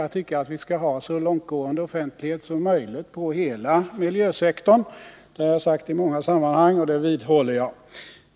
Jag tycker att vi skall ha så långtgående offentlighet som möjligt på hela miljösektorn — det har jag sagt i många sammanhang, och det vidhåller jag.